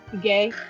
Gay